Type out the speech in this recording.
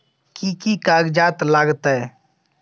कि कि कागजात लागतै?